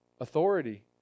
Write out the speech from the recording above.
authority